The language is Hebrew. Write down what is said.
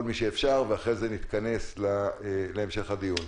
מי שאפשר ואחרי זה נתכנס להמשך הדיון.